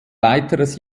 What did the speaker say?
weiteres